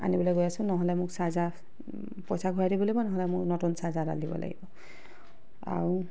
আনিবলৈ গৈ আছো নহ'লে মোক চাৰ্জাৰ পইচা ঘূৰাই দিব লাগিব নহ'লে মোক নতুন চাৰ্জাৰ এডাল দিব লাগিব আৰু